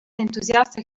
entusiasta